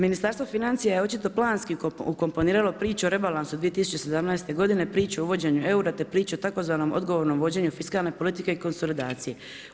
Ministarstvo financija je očito planski ukomponirala priču o rebalansu 2017. priču o uvođenju eura, te priču o tzv. odgovornom vođenju fiskalne politike i konsolidacije.